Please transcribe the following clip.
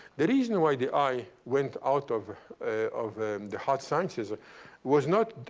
the reason why the eye went out of of the hard sciences ah was not